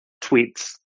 tweets